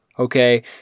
okay